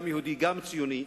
גם יהודי וגם ציוני,